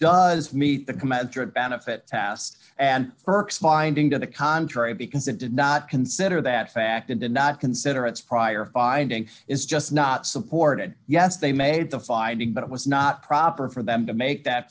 does meet the commensurate benefit test and perks finding to the contrary because it did not consider that fact and did not consider its prior finding is just not supported yes they made the finding but it was not proper for them to make that